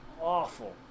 awful